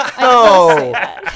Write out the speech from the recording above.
No